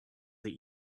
that